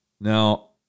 Now